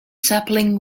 sapling